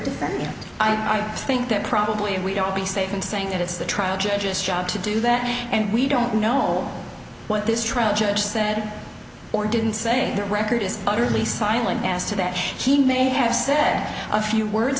defendant i think that probably we don't be safe in saying that it's the trial judge's job to do that and we don't know what this trial judge said or didn't say the record is utterly silent as to that she may have said a few words